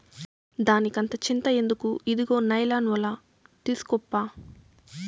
దానికంత చింత ఎందుకు, ఇదుగో నైలాన్ ఒల తీస్కోప్పా